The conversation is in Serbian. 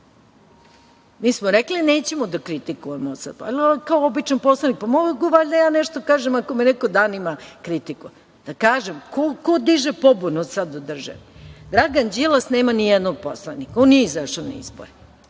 Mi smo rekli da nećemo da kritikujemo, ali, kao običan poslanik, mogu valjda i ja nešto da kažem ako me neko danima kritikuje. Ko diže pobunu sada u državi? Dragan Đilas nema ni jednog poslanika. On nije izašao na izbore.